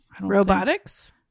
Robotics